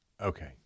Okay